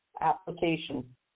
application